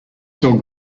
dog